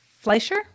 Fleischer